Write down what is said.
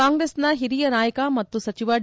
ಕಾಂಗ್ರೆಸ್ನ ಹಿರಿಯ ನಾಯಕ ಮತ್ತು ಸಚಿವ ಡಿ